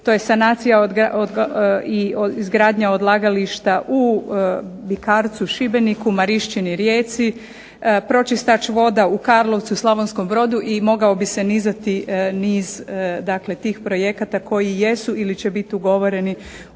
to je sanacija i izgradnja odlagališta u Bikarcu Šibeniku, Mariščini Rijeci, pročistač voda u Karlovcu, Slavonskom brodu i mogao bi se nizati niz dakle tih projekata koji jesu ili će biti ugovoreni u raznim